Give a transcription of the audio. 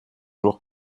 jours